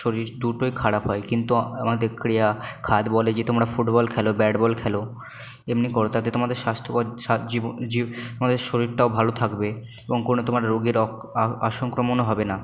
শরীর দুটোই খারাপ হয় কিন্তু আমাদের ক্রিয়া খাত বলে যে তোমরা ফুটবল খেলো ব্যাটবল খেলো এমনি করো তাতে তোমাদের তোমাদের শরীরটাও ভালো থাকবে এবং কোনো তোমাদের রোগের হবে না